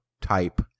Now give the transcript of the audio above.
type